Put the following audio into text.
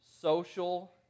Social